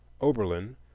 Oberlin